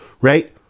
right